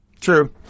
true